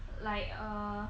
like err